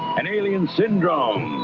and alien syndrome.